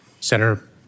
Senator